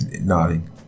nodding